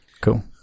cool